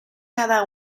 cada